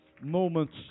moments